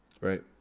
Right